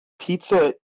pizza